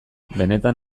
benetan